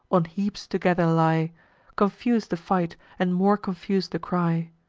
on heaps together lie confus'd the fight, and more confus'd the cry.